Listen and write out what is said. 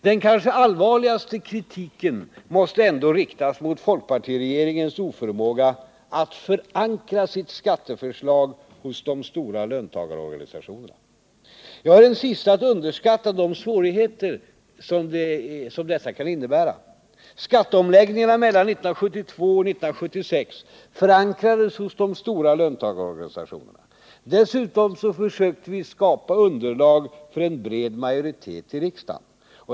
Den kanske allvarligaste kritiken måste ändå riktas mot folkpartiregeringens oförmåga att förankra sitt skatteförslag hos de stora löntagarorganisationerna. Jag är den siste att underskatta de svårigheter som detta kan innebära. Skatteomläggningarna mellan 1972 och 1976 förankrades hos de stora löntagarorganisationerna. Dessutom försökte vi skapa underlag för en bred majoritet i riksdagen.